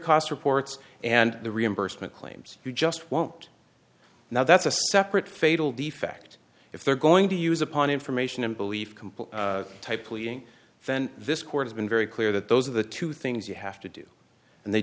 costs reports and the reimbursement claims you just won't now that's a separate fatal defect if they're going to use upon information and belief complete type pleading then this court has been very clear that those are the two things you have to do and they